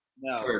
No